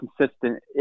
consistent